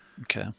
Okay